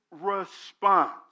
response